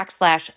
backslash